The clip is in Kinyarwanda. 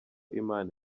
imana